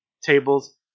Tables